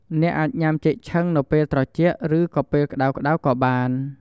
អ្នកអាចញុំាចេកឆឹងនៅពេលត្រជាក់ ឬក៏ពេលក្តៅៗក៏បាន។